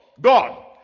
God